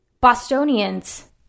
Bostonians